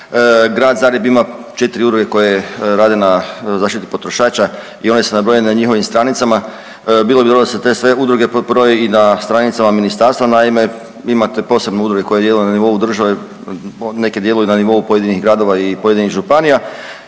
Grad Zagreb ima četri udruge koje rade na zaštiti potrošača i one se ne broje na njihovim stranicama, bilo bi dobro da se te sve udruge pobroje i na stranicama ministarstva. Naime, imate posebne udruge koje djeluju na nivou države, neke djeluju na nivou pojedinih gradova i pojedinih županija